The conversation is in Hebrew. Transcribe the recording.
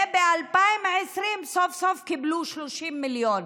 וב-2020 סוף-סוף קיבלו 30 מיליון.